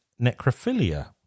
necrophilia